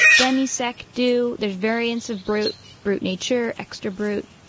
demi-sec, doux. there are variants of brut brut nature, extra brut,